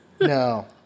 No